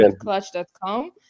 clutch.com